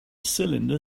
cylinder